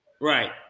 Right